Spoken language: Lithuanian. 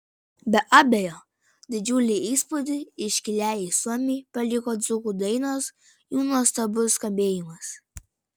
be abejo didžiulį įspūdį iškiliajai suomei paliko dzūkų dainos jų nuostabus skambėjimas